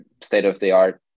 state-of-the-art